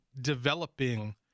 developing